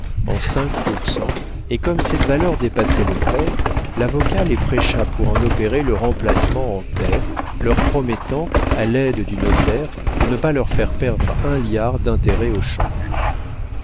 en cinq pour cent et comme cette valeur dépassait le pair l'avocat les prêcha pour en opérer le remplacement en terres leur promettant à l'aide du notaire de ne pas leur faire perdre un liard d'intérêt au change